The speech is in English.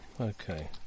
Okay